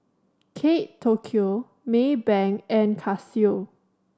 Kate Tokyo Maybank and Casio